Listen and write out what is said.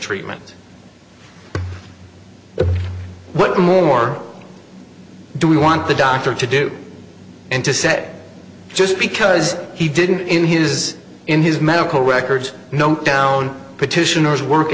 treatment what more do we want the doctor to do and to set just because he didn't in his in his medical records know down petitioner's work